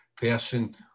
person